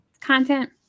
content